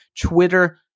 Twitter